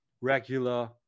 regular